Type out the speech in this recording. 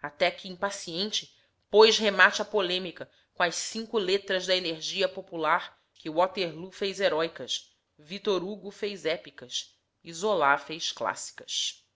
até que impaciente pôs remate à polêmica com as cinco letras da energia popular que waterloo fez heróicas vítor hugo fez épicas e zola fez clássicas